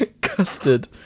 Custard